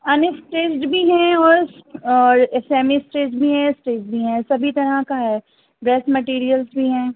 ان stitched بھی ہیں اور اور سیمی اسٹیچ بھی ہیں اسٹیچ بھی ہیں سبھی طرح کا ہے ڈریس مٹیریلس بھی ہیں